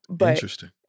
Interesting